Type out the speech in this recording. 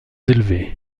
élevées